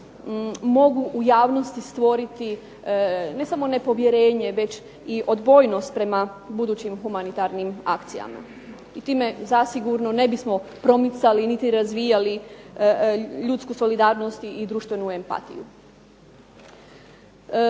mogu u javnosti stvoriti ne samo nepovjerenje već i odbojnost prema budućim humanitarnim akcijama i time zasigurno ne bismo promicali niti razvijali ljudsku solidarnost i društvenu empatiju.